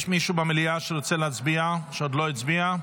במליאה שרוצה להצביע ועוד לא הצביע?